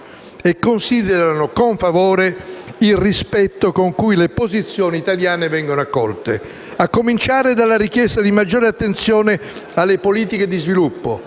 e considerano con favore il rispetto con cui le posizioni italiane vengono accolte. A cominciare dalla richiesta di maggiore attenzione alle politiche di sviluppo